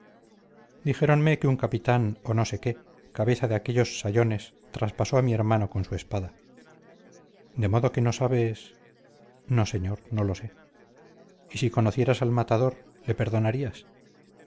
inicua dijéronme que un capitán o no sé qué cabeza de aquellos sayones traspasó a mi hermano con su espada de modo que no sabes no señor no lo sé y si conocieras al matador le perdonarías